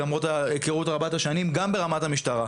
גם ברמת המשטרה.